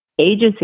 Agency